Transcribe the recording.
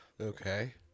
Okay